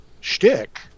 shtick